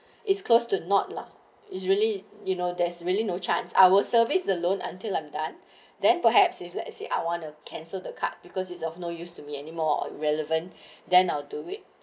it's close to not lah is really you know there's really no chance our service the loan until I'm done then perhaps if let's say I want to cancel the card because it's of no use to me anymore or relevant then I'll do it